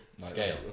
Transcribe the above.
scale